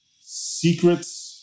Secrets